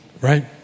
right